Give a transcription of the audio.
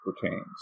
pertains